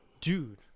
Dude